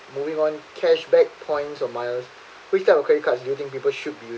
moving on cashback points or miles which type of credit cards do you think people should be